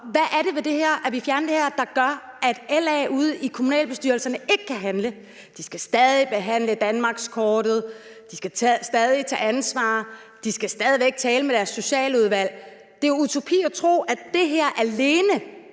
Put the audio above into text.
hvad er det ved at ville fjerne det her, der gør, at LA's medlemmer ude i kommunalbestyrelserne ikke kan handle? De skal stadig behandle danmarkskortet, de skal stadig tage ansvar, og de skal stadig væk tale med deres socialudvalg. Det er en utopi at tro, at det her alene